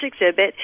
exhibit